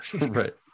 right